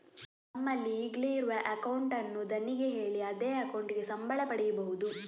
ನಮ್ಮಲ್ಲಿ ಈಗ್ಲೇ ಇರುವ ಅಕೌಂಟ್ ಅನ್ನು ಧಣಿಗೆ ಹೇಳಿ ಅದೇ ಅಕೌಂಟಿಗೆ ಸಂಬಳ ಪಡೀಬಹುದು